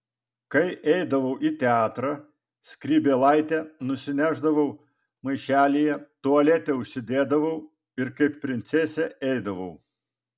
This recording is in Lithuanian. kai eidavau į teatrą skrybėlaitę nusinešdavau maišelyje tualete užsidėdavau ir kaip princesė eidavau